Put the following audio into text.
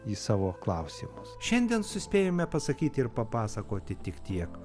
į savo klausimus šiandien suspėjome pasakyti ir papasakoti tik tiek